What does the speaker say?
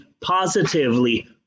positively